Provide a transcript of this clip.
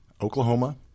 Oklahoma